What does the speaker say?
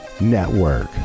Network